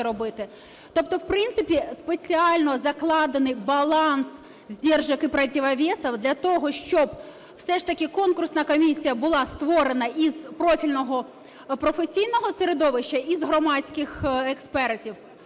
Тобто в принципі, спеціально закладений баланс сдержек и противовесов для того, щоб все ж таки конкурсна комісія була створена із профільного професійного середовища, із громадських експертів,